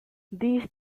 these